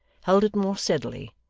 held it more steadily,